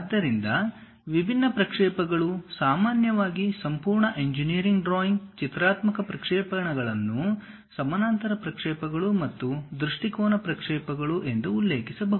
ಆದ್ದರಿಂದ ವಿಭಿನ್ನ ಪ್ರಕ್ಷೇಪಗಳು ಸಾಮಾನ್ಯವಾಗಿ ಸಂಪೂರ್ಣ ಇಂಜಿನಿಯರಿಂಗ್ ಡ್ರಾಯಿಂಗ್ ಚಿತ್ರಾತ್ಮಕ ಪ್ರಕ್ಷೇಪಣಗಳನ್ನು ಸಮಾನಾಂತರ ಪ್ರಕ್ಷೇಪಗಳು ಮತ್ತು ದೃಷ್ಟಿಕೋನ ಪ್ರಕ್ಷೇಪಗಳು ಎಂದು ಉಲ್ಲೇಖಿಸಬಹುದು